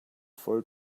voll